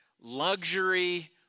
luxury